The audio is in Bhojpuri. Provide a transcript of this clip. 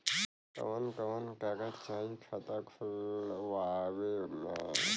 कवन कवन कागज चाही खाता खोलवावे मै?